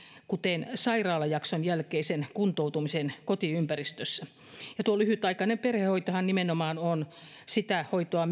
kuten sairaalajakson jälkeisen kuntoutumisen kotiympäristössä ja tuo lyhytaikainen perhehoitohan nimenomaan on myös sitä hoitoa